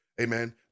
amen